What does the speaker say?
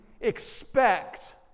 expect